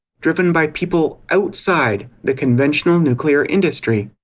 driven by people outside the conventional nuclear industry.